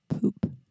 Poop